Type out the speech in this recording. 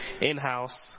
in-house